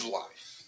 life